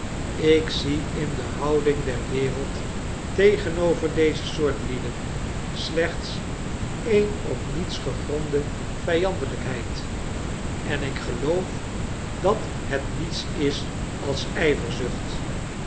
ik zie in de houding der wereld tegenover deze soort lieden slechts een op niets gegronde vijandelijkheid en ik geloof dat het niets is als